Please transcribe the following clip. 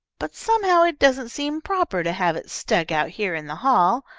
but somehow it doesn't seem proper to have it stuck out here in the hall.